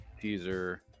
Teaser